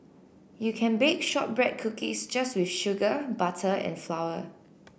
you can bake shortbread cookies just with sugar butter and flour